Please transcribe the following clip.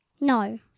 No